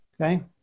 okay